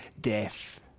death